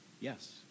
yes